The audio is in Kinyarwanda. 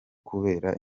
kubera